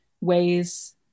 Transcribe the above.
ways